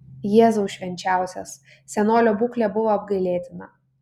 jėzau švenčiausias senolio būklė buvo apgailėtina